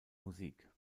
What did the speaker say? musik